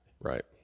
Right